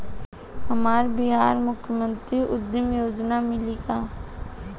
हमरा बिहार मुख्यमंत्री उद्यमी योजना मिली का?